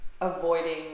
avoiding